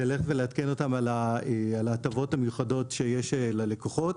וללכת ולעדכן אותם על ההטבות המיוחדות שיש ללקוחות